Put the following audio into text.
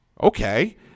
okay